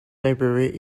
library